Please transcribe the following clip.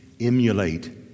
Emulate